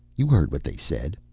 you heard what they said.